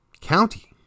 county